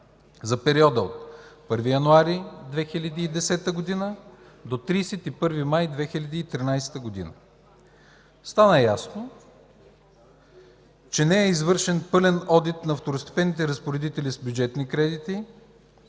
за периода от 1 януари 2010 до 31 май 2013 г. Стана ясно, че не е извършен пълен одит на второстепенните разпоредители с бюджетни кредити,